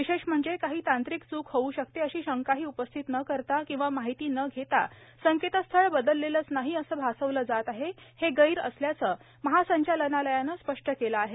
विशेष म्हणजे काही तांत्रिक चूक होऊ शकते अशी शंकाही उपस्थित न करता वा माहिती न घेता संकेतस्थळ बदललेलच नाही असे भासवले जात आहे हे गैर असल्याचे महासंचालनालयान स्पष्ट केले आहे